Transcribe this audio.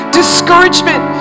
discouragement